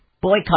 Boycott